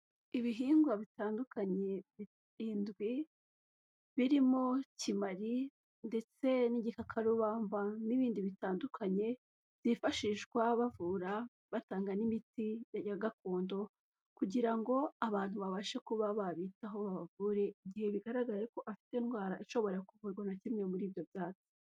Ibihingwa bitandukanye birindwi birimo kimali ndetse n'igikakarubamba n'ibindi bitandukanye, byifashishwa bavura batanga n'imiti ya gakondo kugira ngo abantu babashe kuba babitaho babavure igihe bigaragaye ko bafite indwara ishobora kuvurwa na kimwe muri ibyo byatsi.